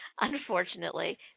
unfortunately